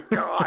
God